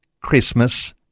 Christmas